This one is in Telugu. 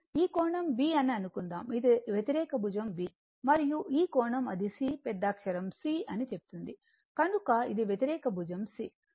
ఈ కోణం B అని అనుకుందాం అది వ్యతిరేక భుజం b మరియు ఈ కోణం అది C పెద్దఅక్షరం C అని చెప్తుంది కనుక ఇది వ్యతిరేక భుజం C